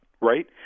right